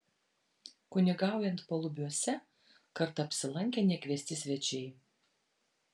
kunigaujant palubiuose kartą apsilankė nekviesti svečiai